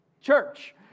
church